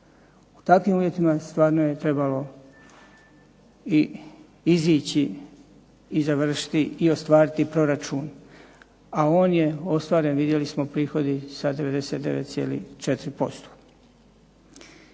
U takvim uvjetima stvarno je trebalo i izići i završiti i ostvariti proračun, a on je ostvaren vidjeli smo prihodi sa 99,4%.